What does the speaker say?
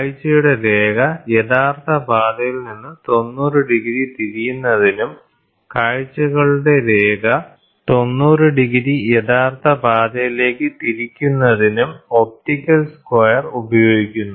കാഴ്ചയുടെ രേഖ യഥാർത്ഥ പാതയിൽ നിന്ന് 90 ഡിഗ്രി തിരിയുന്നതിനും കാഴ്ചകളുടെ രേഖ 90 ഡിഗ്രി യഥാർത്ഥ പാതയിലേക്ക് തിരിക്കുന്നതിനും ഒപ്റ്റിക്കൽ സ്ക്വയർ ഉപയോഗിക്കുന്നു